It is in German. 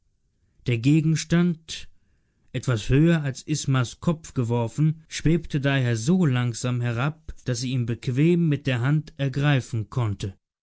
der gegenstand etwas höher als ismas kopf geworfen schwebte daher so langsam herab daß sie ihn bequem mit der hand ergreifen konnte